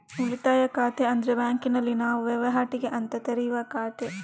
ಉಳಿತಾಯ ಖಾತೆ ಅಂದ್ರೆ ಬ್ಯಾಂಕಿನಲ್ಲಿ ನಾವು ವೈವಾಟಿಗೆ ಅಂತ ತೆರೆಯುವ ಖಾತೆ